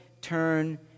turn